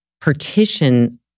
partition